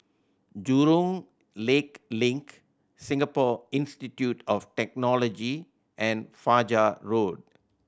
Jurong Lake Link Singapore Institute of Technology and Fajar Road